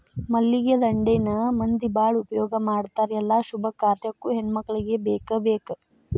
ಮಲ್ಲಿಗೆ ದಂಡೆನ ಮಂದಿ ಬಾಳ ಉಪಯೋಗ ಮಾಡತಾರ ಎಲ್ಲಾ ಶುಭ ಕಾರ್ಯಕ್ಕು ಹೆಣ್ಮಕ್ಕಳಿಗೆ ಬೇಕಬೇಕ